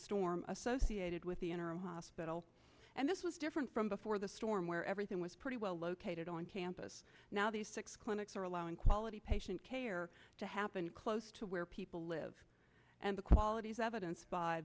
storm associated with the interim hospital and this was different from before the storm where everything was pretty well located on campus now these six clinics are allowing quality patient care to happen close to where people live and the quality is evidence by